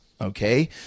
okay